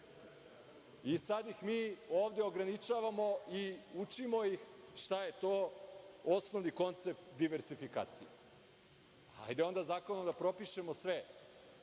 Sada ih mi ovde ograničavamo i učimo ih šta je to osnovni koncept diverzifikacije. Hajde onda zakonom da propišemo sve,